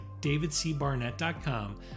davidcbarnett.com